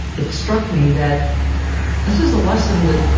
it struck me that this is the lesson that